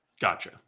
Gotcha